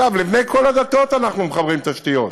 אגב, לבני כל הדתות אנחנו מחברים תשתיות.